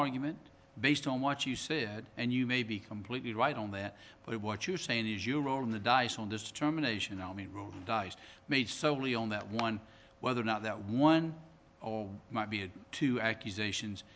argument based on what you said and you may be completely right on that but what you're saying is you rolling the dice on this determination made solely on that one whether or not that one might be a two accusations